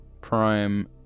prime